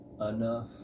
enough